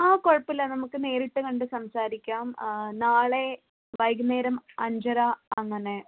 ആ കുഴപ്പമില്ല നമുക്ക് നേരിട്ട് കണ്ട് സംസാരിക്കാം ആ നാളെ വൈകുന്നേരം അഞ്ചര അങ്ങനെ